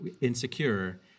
insecure